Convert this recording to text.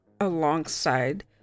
alongside